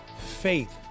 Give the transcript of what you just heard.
faith